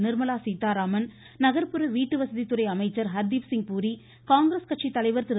நிர்மலா சீத்தாராமன் நகர்ப்பற வீட்டுவசதி துறை அமைச்சர் ஹர்தீப்சிங் பூரி காங்கிரஸ் கட்சி தலைவர் திரு